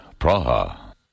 Praha